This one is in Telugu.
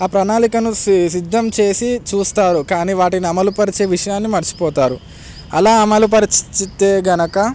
ఆ ప్రణాళికను సి సిద్ధం చేసి చూస్తారు కానీ వాటిని అమలుపరిచే విషయాన్ని మరిచిపోతారు అలా అమలు పరిచితే కనుక